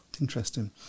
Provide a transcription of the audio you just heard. interesting